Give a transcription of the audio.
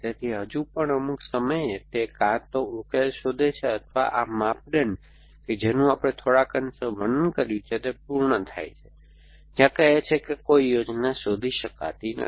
તેથી હજુ પણ અમુક સમયે તે કાં તો ઉકેલ શોધે છે અથવા આ માપદંડ કે જેનું આપણે થોડાક અંશે વર્ણન કર્યું છે તે પૂર્ણ થાય છે જ્યાં તે કહે છે કે કોઈ યોજના શોધી શકાતી નથી